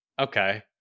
Okay